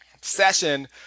session